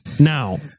Now